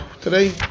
Today